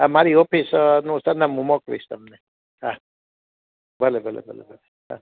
આ મારી ઓફીસ અ સરનામું મોકલીશ તમને હાં ભલે ભલે ભલે